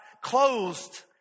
closed